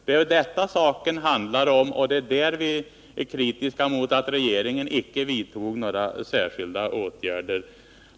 Det är detta saken handlar om, och det är i det här avseendet vi är kritiska mot att regeringen icke vidtog några särskilda åtgärder.